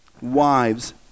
Wives